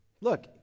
look